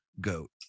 goat